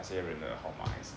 那些人的号码